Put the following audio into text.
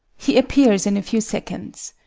he appears in a few seconds.